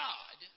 God